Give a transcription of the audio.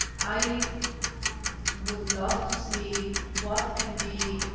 i would love to see what can be